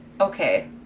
Okay